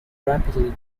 rapidly